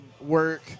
work